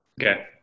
Okay